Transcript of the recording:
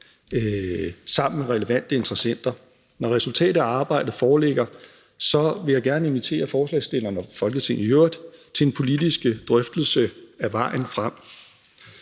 sammen med relevante interessenter. Når resultatet af arbejdet foreligger, vil jeg gerne invitere forslagsstillerne og Folketinget i øvrigt til en politisk drøftelse af vejen frem.